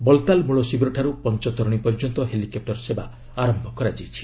ବଲ୍ତାଲ୍ ମୂଳ ଶିବିରଠାର୍ ପଞ୍ଜତରଣୀ ପର୍ଯ୍ୟନ୍ତ ହେଲିକପୁର ସେବା ଆରନ୍ଭ କରାଯାଇଛି